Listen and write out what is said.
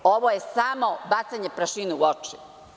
Ovo je samo bacanje prašine u oči.